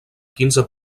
quinze